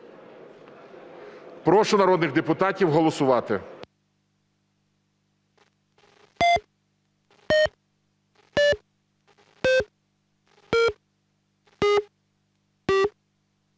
Прошу народних депутатів голосувати.